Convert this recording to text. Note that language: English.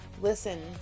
Listen